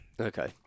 okay